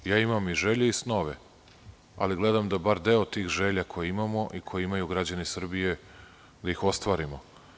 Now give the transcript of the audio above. Ja imam i želje i snove, ali gledam da bar deo tih želja koji imamo i koje imaju građani Srbije da ih ostvarimo.